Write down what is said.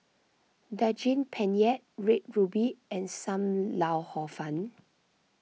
Saging Penyet Red Ruby and Sam Lau Hor Fun